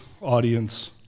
audience